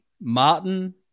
Martin